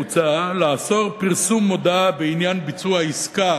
מוצע לאסור פרסום מודע בעניין ביצוע עסקה